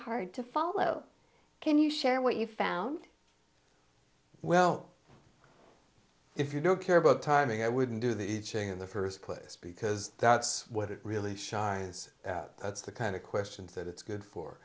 hard to follow can you share what you found well if you don't care about timing i wouldn't do the iching in the first place because that's what it really shines that's the kind of questions that it's good for